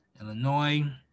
Illinois